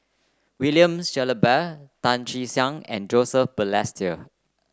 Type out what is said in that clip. William Shellabear Tan Che Sang and Joseph Balestier